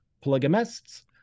polygamists